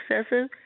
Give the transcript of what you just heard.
excessive